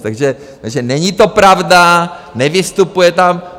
Takže není to pravda, Nevystupuje tam.